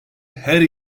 her